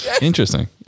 interesting